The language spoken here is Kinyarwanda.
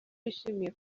yishimiye